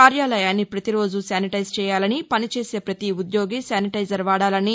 కార్యాలయాన్ని పతిరోజు శానిటైజ్ చేయాలని పనిచేసే ప్రపతి ఉద్యోగి శానిటైజర్ వాడాలని